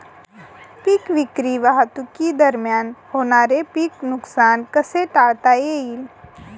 पीक विक्री वाहतुकीदरम्यान होणारे पीक नुकसान कसे टाळता येईल?